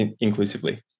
inclusively